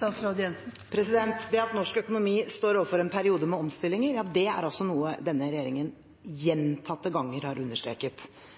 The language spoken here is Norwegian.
At norsk økonomi står overfor en periode med omstillinger, er noe denne regjeringen gjentatte ganger har understreket.